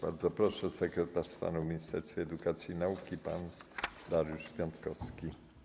Bardzo proszę, sekretarz stanu w Ministerstwie Edukacji i Nauki pan Dariusz Piontkowski.